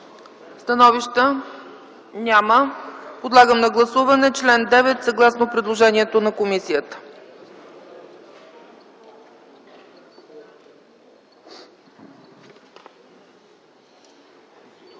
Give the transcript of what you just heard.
Становища? Няма. Подлагам на гласуване чл. 9, съгласно предложението на комисията.